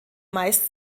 meist